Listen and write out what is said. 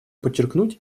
подчеркнуть